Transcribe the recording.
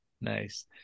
Nice